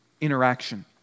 interaction